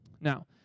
Now